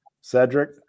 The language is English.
Cedric